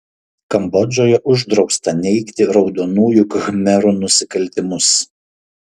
kambodžoje uždrausta neigti raudonųjų khmerų nusikaltimus